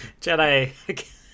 Jedi